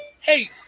hey